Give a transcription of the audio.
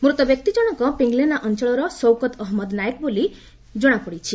ମୃତବ୍ୟକ୍ତି ଜଣକ ପିଙ୍ଗଲେନା ଅଞ୍ଚଳରେ ସୌକତ ଅହମ୍ମଦ ନାୟକ ବୋଲି କଣାପଡିଛି